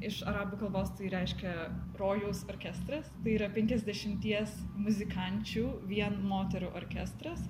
iš arabų kalbos tai reiškia rojaus orkestras tai yra penkiasdešimties muzikančių vien moterų orkestras